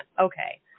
Okay